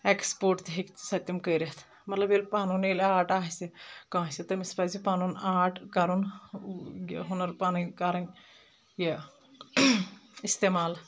export تہِ ہیٚکہِ سۄ تِم کٔرِتھ مطلب ییٚلہِ پَنُن ییٚلہِ آرٹ آسہِ کٲنٛسہِ تٔمِس پزِ پنُن آرٹ کرُن یہِ ہُنر پنٕنۍ کرٕنۍ یہِ اِستعمال